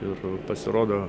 ir pasirodo